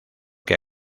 que